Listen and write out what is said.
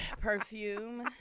perfume